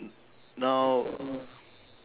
now